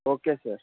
okay sir